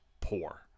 poor